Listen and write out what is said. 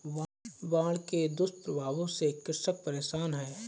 बाढ़ के दुष्प्रभावों से कृषक परेशान है